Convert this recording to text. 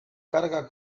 carga